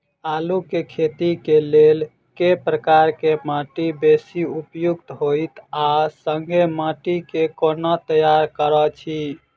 आलु केँ खेती केँ लेल केँ प्रकार केँ माटि बेसी उपयुक्त होइत आ संगे माटि केँ कोना तैयार करऽ छी?